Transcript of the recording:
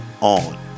on